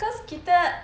cause kita